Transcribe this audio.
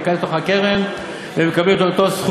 לקרן ולקבל את אותו הסכום,